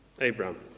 Abraham